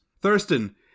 Thurston